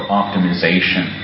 optimization